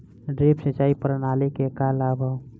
Drip सिंचाई प्रणाली के का लाभ ह?